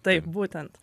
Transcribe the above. taip būtent